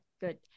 good